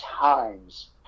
times